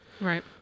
Right